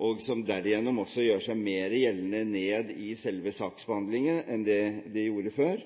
og som derigjennom gjør seg mer gjeldende ned i selve saksbehandlingen enn det de gjorde før,